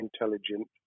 intelligent